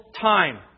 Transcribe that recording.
time